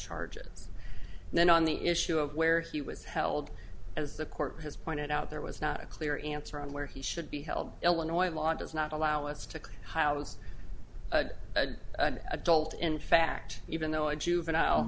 charges and then on the is issue of where he was held as the court has pointed out there was not a clear answer on where he should be held illinois law does not allow us to hylands an adult in fact even though a juvenile